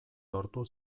lortu